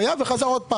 היה וחזר.